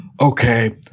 Okay